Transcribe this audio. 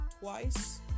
twice